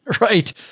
Right